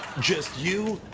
just you,